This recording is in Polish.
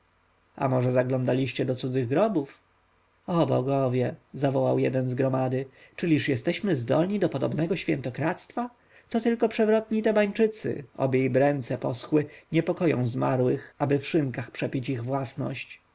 a może zaglądaliście do cudzych grobów o bogowie zawołał jeden z gromady czyliż jesteśmy zdolni do podobnego świętokradztwa to tylko przewrotni tebańczycy oby im ręce poschły niepokoją zmarłych aby w szynkach przepić ich własność